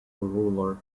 ruler